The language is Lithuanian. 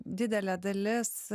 didelė dalis